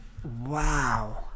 Wow